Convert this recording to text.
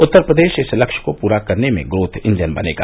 उत्तर प्रदेश इस लक्ष्य को पूरा करने में ग्रोथ इंजन बनेगा